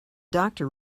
doctor